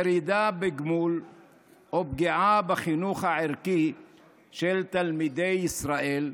ירידה בגמול או פגיעה בחינוך הערכי של תלמידי ישראל,